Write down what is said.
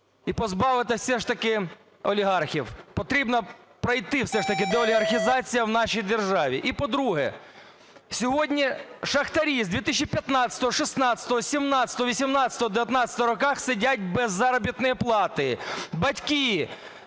і позбавитись все ж таки олігархів. Потрібно пройти все ж таки деолігархізацію в нашій державі. І по-друге, сьогодні шахтарі з 2015-го, 2016-го, 2017-го, 2018-го, 2019-го роках сидять без заробітної плати. Батьки